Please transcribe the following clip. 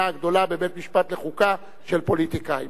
הגדולה בבית-משפט לחוקה של פוליטיקאים.